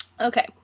okay